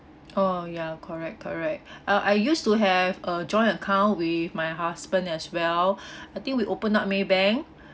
oh ya correct correct uh I used to have a joint account with my husband as well I think we open up Maybank